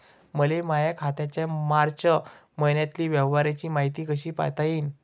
मले माया खात्याच्या मार्च मईन्यातील व्यवहाराची मायती कशी पायता येईन?